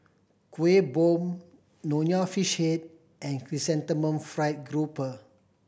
Kuih Bom Nonya Fish Head and Chrysanthemum Fried Grouper